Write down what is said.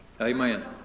Amen